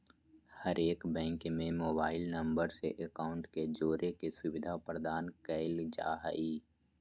हरेक बैंक में mobile number से अकाउंट के जोड़े के सुविधा प्रदान कईल जा हइ